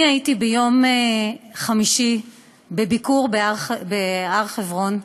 אני הייתי ביום חמישי בביקור בהר-חברון,